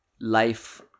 life